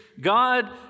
God